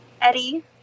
Eddie